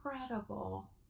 incredible